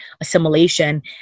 assimilation